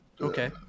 Okay